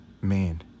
man